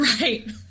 Right